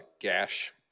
gash